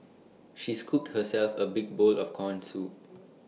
she scooped herself A big bowl of Corn Soup